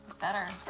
Better